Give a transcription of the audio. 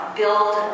build